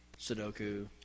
Sudoku